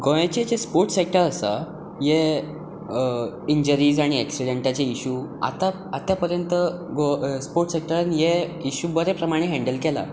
गोंयचे जे sport sector आसा हें इंजरीज आनी एक्सिडंटाचे इशू आतां आतां पर्यंत गोवा स्पोर्टस सेक्टर हें इशू बरे प्रमाणे हँडल केलां